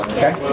Okay